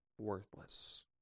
worthless